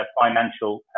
financial